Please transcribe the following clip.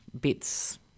bits